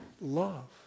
love